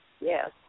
Yes